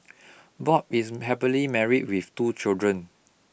Bob is happily married with two children